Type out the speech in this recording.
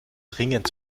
dringend